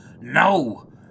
no